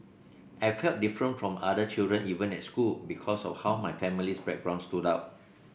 I felt different from other children even at school because of how my family's background stood out